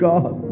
God